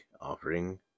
offering